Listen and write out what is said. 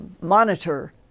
monitor